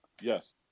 Yes